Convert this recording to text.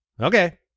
Okay